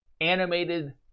animated